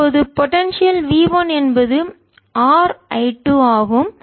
இப்போது potential V1 என்பது R I2 ஆகும்